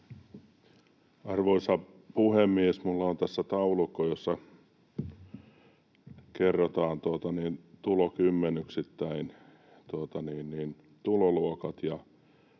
Arvoisa puhemies! Minulla on tässä taulukko, jossa kerrotaan tulokymmenyksittäin tuloluokat,